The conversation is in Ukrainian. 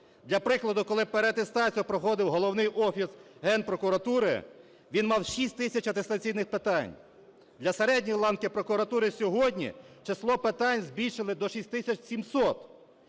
Для прикладу, коли переатестацію проходив Головний офіс Генпрокуратури, він мав 6 тисяч атестаційних питань. Для середньої ланки прокуратури сьогодні число питань збільшили до 6 тисяч 700,